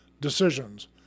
decisions